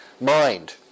mind